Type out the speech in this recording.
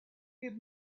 give